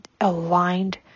aligned